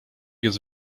jest